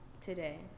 today